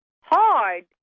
hard